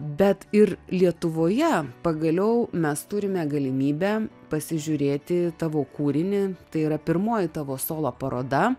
bet ir lietuvoje pagaliau mes turime galimybę pasižiūrėti tavo kūrinį tai yra pirmoji tavo solo paroda